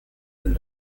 del